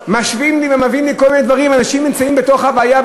משווים לי ומביאים לי כל מיני דברים: אנשים נמצאים בתוך ההוויה,